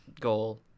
goal